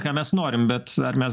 ką mes norim bet ar mes